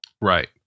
Right